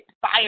fire